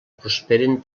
prosperen